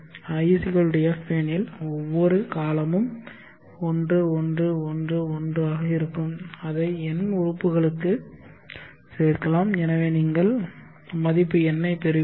i f எனில் ஒவ்வொரு காலமும் 1 1 1 1 ஆக இருக்கும் அதை n உறுப்புகளுக்கு சேர்க்கலாம் எனவே நீங்கள் மதிப்பு n ஐப் பெறுவீர்கள்